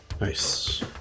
nice